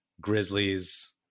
Grizzlies